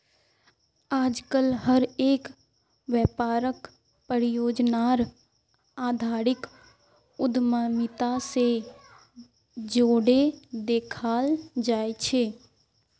आजकल हर एक व्यापारक परियोजनार आधारित उद्यमिता से जोडे देखाल जाये छे